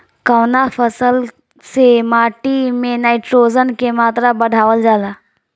कवना फसल से माटी में नाइट्रोजन के मात्रा बढ़ावल जाला?